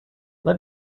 let